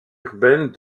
urbaine